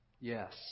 yes